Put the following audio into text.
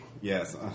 Yes